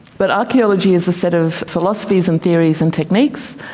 but archaeology is a set of philosophies and theories and techniques,